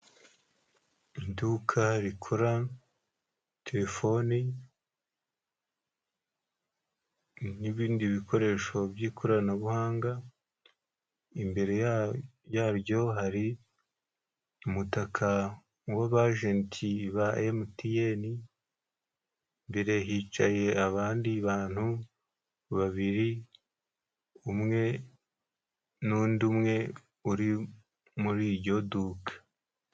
Iduka rikora terifoni n'ibindi bikoresho by'ikoranabuhanga, imbere yaryo hari umutaka w'abajenti ba emutiyene, imbere hicaye abandi bantu babiri umwe nundi umwe uri muri iryo duka.